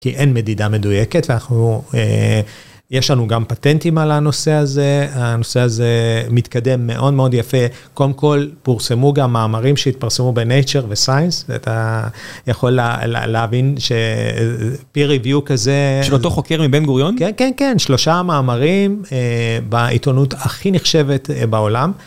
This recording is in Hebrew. כי אין מדידה מדויקת ואנחנו, יש לנו גם פטנטים על הנושא הזה, הנושא הזה מתקדם מאוד מאוד יפה, קודם כל, פורסמו גם מאמרים שהתפרסמו ב-Nature ו-Science, אתה יכול להבין ש-peer review כזה. של אותו חוקר מבן גוריון? כן, כן, כן, שלושה מאמרים בעיתונות הכי נחשבת בעולם.